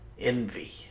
envy